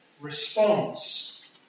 response